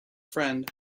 friend